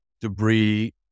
debris